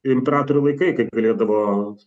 imperatorių laikai kai galėdavo